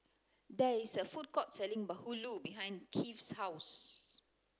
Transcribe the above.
there is a food court selling Bahulu behind Kieth's house